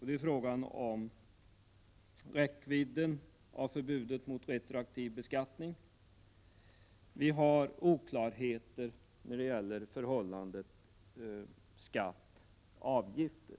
Det är frågan om räckvidden av förbudet mot retroaktiv beskattning. Vi har även oklarheter när det gäller förhållandet mellan skatt och avgifter.